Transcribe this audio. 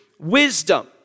wisdom